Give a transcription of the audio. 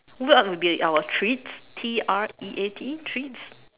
what would be our treat T R E A T treat